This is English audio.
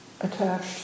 attached